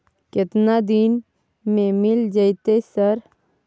केतना दिन में मिल जयते सर?